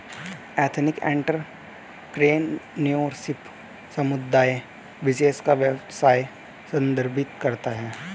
ethnic entrepreneurship समुदाय विशेष का व्यवसाय संदर्भित करता है